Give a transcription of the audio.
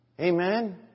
Amen